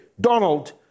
Donald